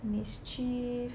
Mischief